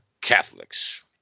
Catholics